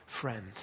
friend